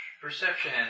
Perception